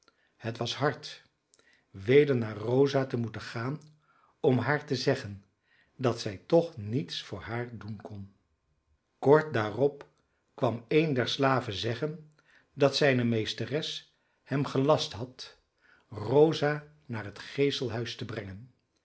het was hard weder naar rosa te moeten gaan om haar te zeggen dat zij toch niets voor haar doen kon kort daarop kwam een der slaven zeggen dat zijne meesteres hem gelast had rosa naar het geeselhuis te brengen